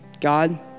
God